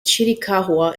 chiricahua